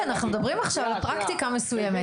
אנחנו מדברים עכשיו על פרקטיקה מסוימת,